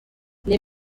les